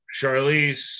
Charlize